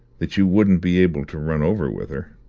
that you wouldn't be able to run over with her?